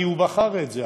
כי הוא בחר את זה,